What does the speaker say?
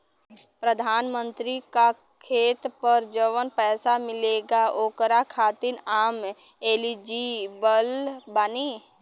प्रधानमंत्री का खेत पर जवन पैसा मिलेगा ओकरा खातिन आम एलिजिबल बानी?